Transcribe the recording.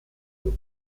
und